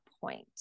point